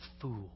fool